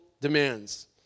demands